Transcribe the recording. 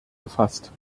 befasst